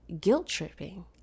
guilt-tripping